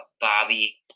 bobby